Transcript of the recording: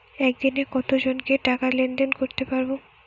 একদিন কত জনকে টাকা লেনদেন করতে পারবো?